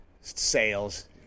sales